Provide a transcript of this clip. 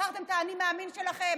מכרתם את האני מאמין שלכם.